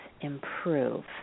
improve